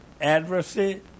adversity